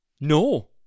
No